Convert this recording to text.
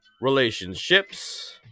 relationships